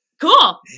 cool